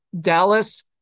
Dallas